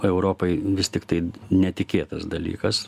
europai vis tiktai netikėtas dalykas